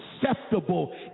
acceptable